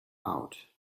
out